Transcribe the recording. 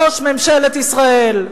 ראש ממשלת ישראל.